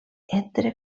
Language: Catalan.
entre